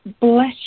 bless